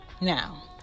Now